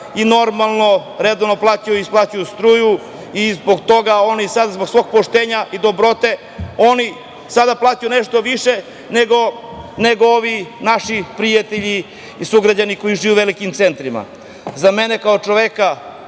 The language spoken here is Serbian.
i normalno redovno plaćaju struju i zbog toga oni sad zbog svog poštenja i dobrote oni sada plaćaju nešto više nego ovi naši prijatelji i sugrađani koji žive u velikim centrima.Za mene kao čoveka